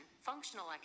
functional